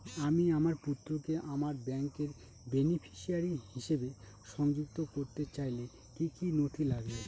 আমি আমার পুত্রকে আমার ব্যাংকের বেনিফিসিয়ারি হিসেবে সংযুক্ত করতে চাইলে কি কী নথি লাগবে?